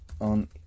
on